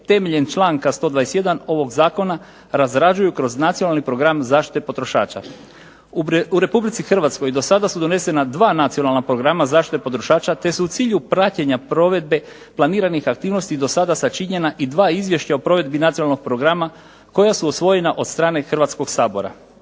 temeljem članka 121. ovog zakona razrađuje kroz Nacionalni program zaštite potrošača. U Republici Hrvatskoj do sada su donesena dva nacionalna programa zaštite potrošača te su u cilju praćenja provedbe planiranih aktivnosti do sada sačinjena i dva izvješća o provedbi nacionalnog programa koja su usvojena od strane Hrvatskog sabora.